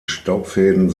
staubfäden